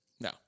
No